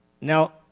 Now